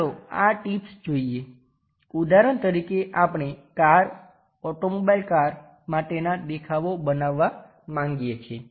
ચાલો આ ટીપ્સ જોઈએ ઉદાહરણ તરીકે આપણે કાર ઓટોમોબાઈલ કાર માટેનાં દેખાવો બનાવવાં માંગીએ છીએ